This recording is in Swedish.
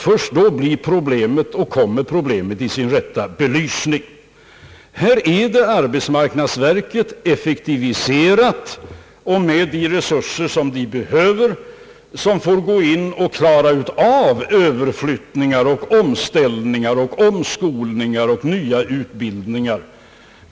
Först då kommer problemet i sin rätta belysning. Här är det arbetsmarknadsverket, effektiviserat och med de resurser som det behöver, som får träda in och klara av överflyttningar, omställningar, omskolningar och nyutbildning.